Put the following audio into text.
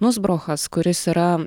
nuzbrochas kuris yra